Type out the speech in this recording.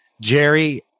Jerry